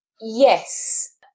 yes